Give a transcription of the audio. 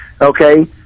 okay